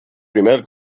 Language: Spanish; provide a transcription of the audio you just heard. primer